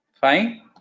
Fine